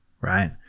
right